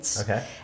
okay